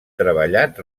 treballat